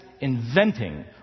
inventing